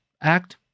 Act